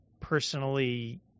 personally